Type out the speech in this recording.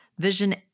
vision